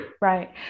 right